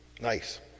Nice